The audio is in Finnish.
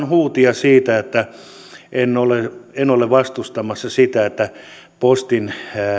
huutia siitä että en ole en ole vastustamassa sitä että postin